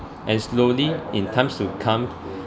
and slowly in times to come